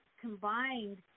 combined